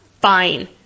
fine